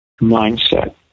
mindset